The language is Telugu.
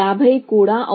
కాబట్టి ఇది ఇక్కడ 100